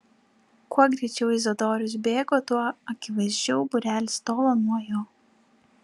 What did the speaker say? kuo greičiau izidorius bėgo tuo akivaizdžiau būrelis tolo nuo jo